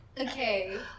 Okay